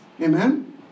Amen